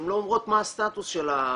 הן לא אומרות מה הסטטוס של הפנייה.